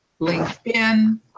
linkedin